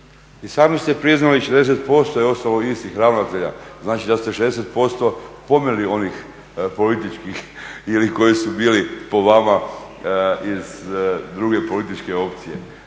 I sami ste priznali 60% je ostalo istih ravnatelja. Znači da ste 60% pomeli onih političkih ili koji su bili po vama iz druge političke opcije.